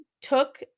took